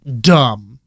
dumb